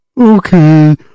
Okay